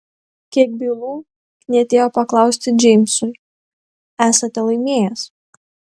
kiek bylų knietėjo paklausti džeimsui esate laimėjęs